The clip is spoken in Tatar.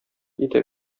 иде